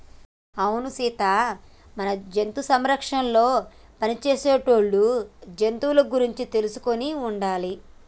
అవును సీత మన జంతు సంరక్షణలో పని చేసేటోళ్ళు జంతువుల గురించి తెలుసుకొని ఉండాలి